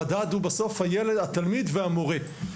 המדד הוא בסוף התלמיד והמורה.